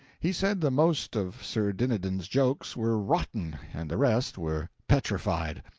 he said the most of sir dinadan's jokes were rotten and the rest were petrified.